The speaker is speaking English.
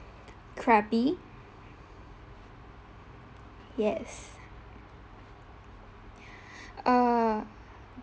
krabi yes err